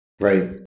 Right